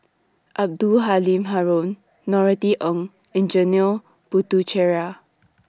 Abdul Halim Haron Norothy Ng and Janil Puthucheary